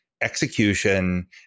execution